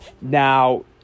Now